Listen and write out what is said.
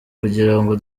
kugirango